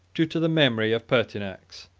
due to the memory of pertinax.